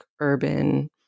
urban